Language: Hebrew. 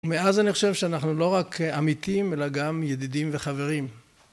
מאז אני חושב שאנחנו לא רק עמיתים, אלא גם ידידים וחברים.